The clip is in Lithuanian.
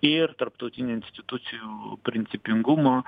ir tarptautinių institucijų principingumo